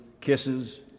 kisses